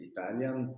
Italian